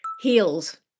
Heels